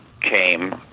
came